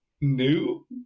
new